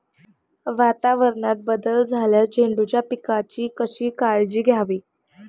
वातावरणात बदल झाल्यास झेंडूच्या पिकाची कशी काळजी घ्यावी?